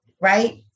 right